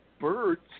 birds